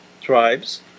tribes